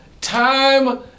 time